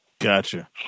Gotcha